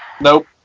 Nope